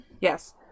Yes